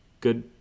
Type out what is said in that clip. good